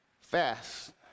Fast